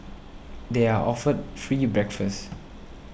they are offered free breakfast